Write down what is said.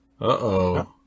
Uh-oh